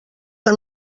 que